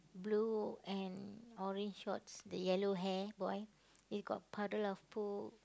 blue and orange shorts the yellow hair boy he got puddle of pool